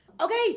Okay